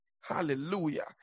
Hallelujah